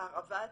הרעבה עצמית,